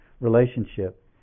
relationship